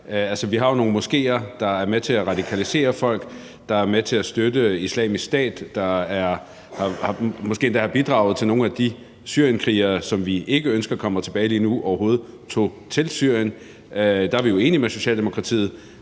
vi har jo nogle moskéer, der er med til at radikalisere folk, som er med til at støtte Islamisk Stat, og som måske endda har bidraget til, at nogle af de syrienskrigere, som vi ikke ønsker kommer tilbage lige nu, overhovedet tog til Syrien. Der er vi jo enige med Socialdemokratiet.